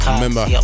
remember